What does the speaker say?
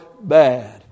bad